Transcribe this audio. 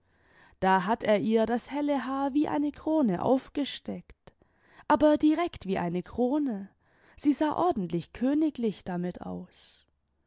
da hat er ihr das helle haar wie eine krone aufgesteckt aber direkt wie eine krone sie sah ordentlich königlich damit aus